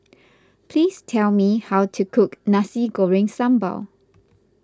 please tell me how to cook Nasi Goreng Sambal